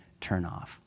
turnoff